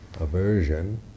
aversion